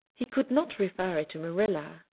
he could not refer it to marilla,